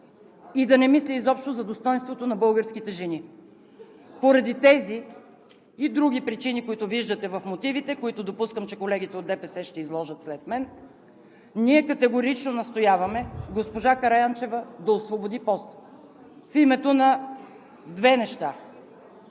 и да не мисли изобщо за достойнството на българските жени. Поради тези и други причини, които виждате в мотивите, които допускам, че колегите от ДПС ще изложат след мен, ние категорично настояваме госпожа Караянчева да освободи поста в името на две неща: